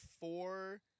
four